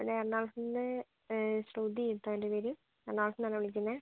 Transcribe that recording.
അതെ എറണാകുളത്തുന്ന് ശ്രുതി ഇതാ എൻ്റെ പേര് എറണാകുളത്തുന്ന് ആണ് വിളിക്കുന്നത്